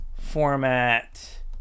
format